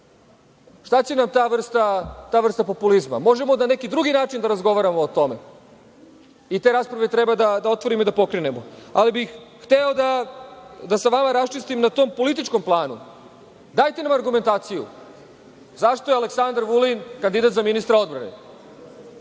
će nam ta vrsta populizma? Možemo na neki drugi način da razgovaramo o tome i te rasprave treba da otvorimo i da pokrenemo. Hteo bih da sa vama raščistim, na tom političkom planu, dajte nam argumentaciju, zašto je Aleksandar Vulin kandidat za ministra odbrane.